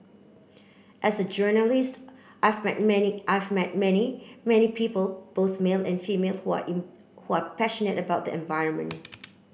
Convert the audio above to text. as a journalist I've met many I've met many many people both male and females were were passionate about the environment